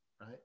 right